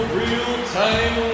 real-time